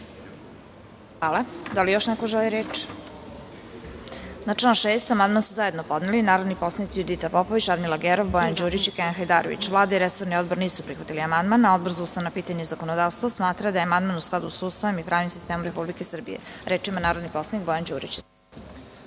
Hvala. Da li još neko želi reč? (Ne)Na član 6. amandman su zajedno podneli narodni poslanici Judita Popović, Radmila Gerov, Bojan Đurić i Kenan Hajdarević. Vlada i resorni odbor nisu prihvatili amandman. Odbor za ustavna pitanja i zakonodavstvo smatra da je amandman u skladu sa Ustavom i pravnim sistemom Republike Srbije. Reč ima narodni poslanik Bojan Đurić.